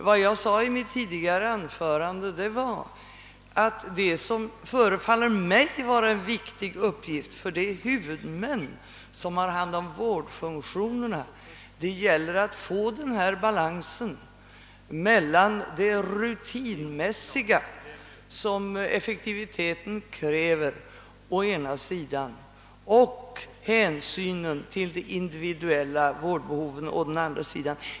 Vad jag sade i mitt tidigare anförande var, att det förefaller mig vara en viktig uppgift för de huvudmän, som har hand om vårdfunktionerna, att skapa balans mellan å ena sidan det rutinmässiga, som effektiviteten kräver, och å andra sidan hänsynen till de individuella vårdbehoven.